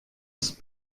ist